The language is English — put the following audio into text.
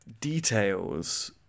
Details